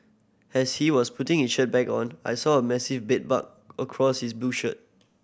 as he was putting his shirt back on I saw a massive bed bug across his blue shirt